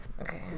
okay